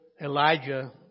Elijah